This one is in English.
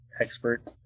expert